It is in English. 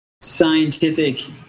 scientific